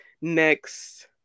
next